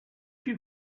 you